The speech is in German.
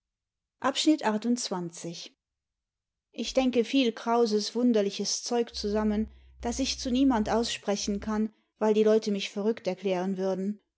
ich denke viel krauses wunderliches zeug zusammen das ich zu niemand aussprechen kann weil die leute mich verrückt erklären würden